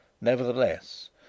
Nevertheless